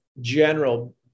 general